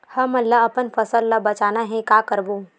हमन ला अपन फसल ला बचाना हे का करबो?